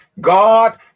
God